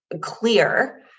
clear